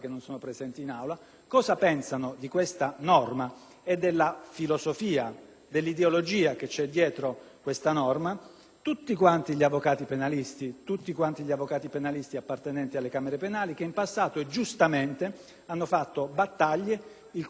dell'ideologia che c'è dietro di essa tutti gli avvocati penalisti appartenenti alle camere penali che, in passato, giustamente, hanno fatto battaglie il cui cuore, il cui nucleo era la tutela della libertà, che in questo provvedimento in modi